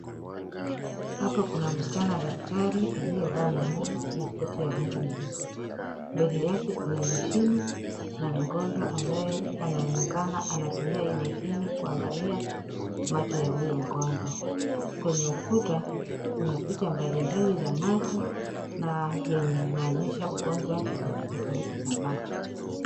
Hapa kuna msichana daktari aliyevaa miwani na koti ya rangi nyeupe, mbele yake kuna mashine na mgonjwa ambaye anaonekana anatumia mashine hii kuangalia macho ya huyo mgonjwa. Kwenye ukuta kuna picha mbali mbali za macho na yenye inaonyesha ugonjwa tofauti tofauti za macho.